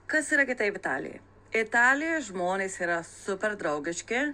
kas yra kitaip italijoj italijoj žmonės yra super draugiški